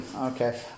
Okay